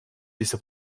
diese